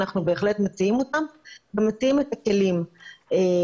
אנחנו בהחלט מציעים אותם ומציעים את הכלים בהחלט